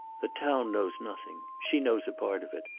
the town knows nothing. she knows a part of it.